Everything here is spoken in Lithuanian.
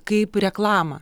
kaip reklamą